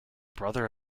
brother